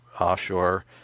offshore